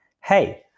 Hey